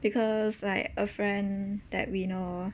because like a friend that we know